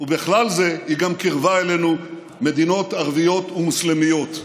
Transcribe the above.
ובכלל זה היא גם קירבה אלינו מדינות ערביות ומוסלמיות,